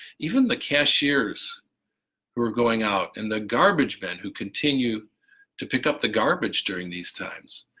even the cashiers who are going out and the garbage man who continued to pick up the garbage during these times.